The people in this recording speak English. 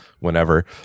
whenever